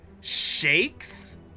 shakes